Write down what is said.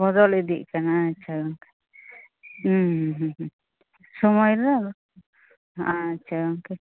ᱵᱚᱫᱚᱞ ᱤᱫᱤᱜ ᱠᱟᱱᱟ ᱟᱪᱪᱷᱟ ᱜᱚᱝᱠᱮ ᱩᱸᱻ ᱦᱩᱸ ᱦᱩᱸ ᱦᱩᱸ ᱦᱩᱸ ᱥᱚᱢᱚᱭ ᱨᱮ ᱫᱚ ᱟᱪᱪᱷᱟ ᱜᱚᱝᱠᱮ